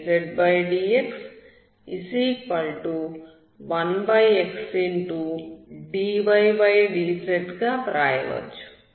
dzdx1xdydzగా వ్రాయవచ్చు